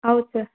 ಹೌದ್ ಸರ್